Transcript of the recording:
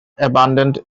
abandoned